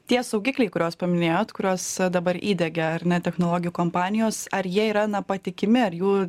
tie saugikliai kuriuos paminėjot kurios dabar įdegia ar ne technologijų kompanijos ar jie yra na patikimi ar jų